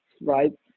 Right